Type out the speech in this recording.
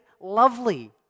lovely